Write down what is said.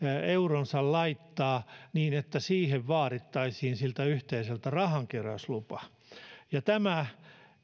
euronsa laittaa vaadittaisiin siltä yhteisöltä rahankeräyslupa tämä